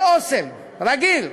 של "אסם", רגיל,